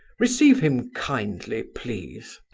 receive him kindly, please.